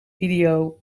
ideologie